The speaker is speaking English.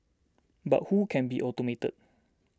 but who can be automated